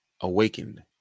awakened